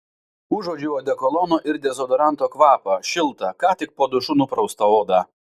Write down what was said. užuodžiau odekolono ir dezodoranto kvapą šiltą ką tik po dušu nupraustą odą